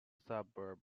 suburb